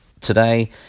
today